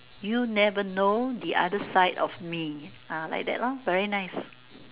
you never know the other side of me ah like that lor very nice